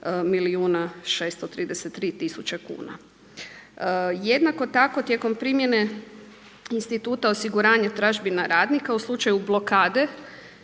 milijuna 633 tisuće kuna. Jednako tako tijekom primjene Instituta osiguranja tražbina radnika u slučaju blokade,